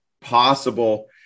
possible